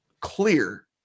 clear